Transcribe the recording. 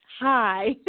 Hi